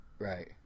right